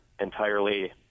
Entirely